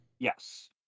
Yes